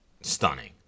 stunning